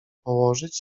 położyć